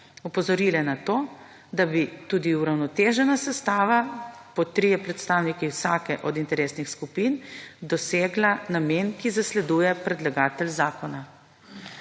opozorile na to, da bi tudi uravnotežena sestava po trije predstavniki vsake od interesnih skupin dosegla namen, ki zasleduje predlagatelj zakona.